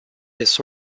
his